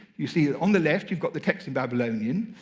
you see that, on the left, you've got the text in babylonian,